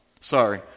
sorry